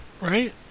right